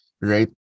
right